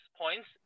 points